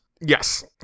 Yes